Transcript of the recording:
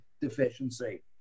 deficiency